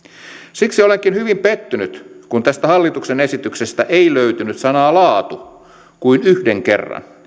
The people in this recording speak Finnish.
siksi olenkin hyvin pettynyt kun tästä hallituksen esityksestä ei löytynyt sanaa laatu kuin yhden kerran